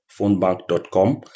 phonebank.com